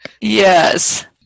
Yes